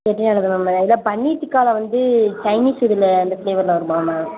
செட்டிநாட்டுல தானே மேம் அதில் பன்னீர் டிக்காவில் வந்து சைனீஷ் இதில் அந்த ஃப்ளேவரில் வருமா மேம்